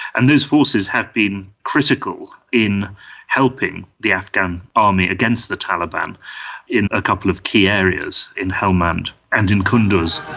and those forces have been critical in helping the afghan army against the taliban in a couple of key areas, in helmand and in kunduz.